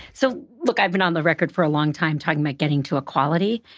so look, i've been on the record for a long time talking about getting to equality.